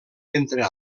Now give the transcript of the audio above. entre